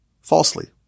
falsely